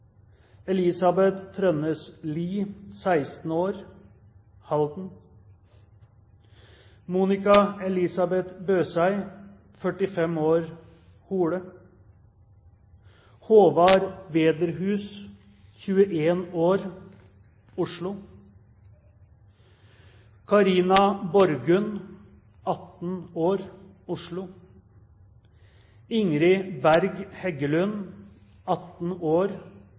Elisabeth Trønnes Lie, 16 år, Halden Monica Elisabeth Bøsei, 45 år, Hole Håvard Vederhus, 21 år, Oslo Carina Borgund, 18 år, Oslo Ingrid Berg Heggelund, 18 år,